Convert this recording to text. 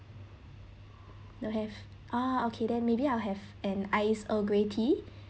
don't have ah okay then maybe I'll have an ice earl grey tea